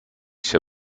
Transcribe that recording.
się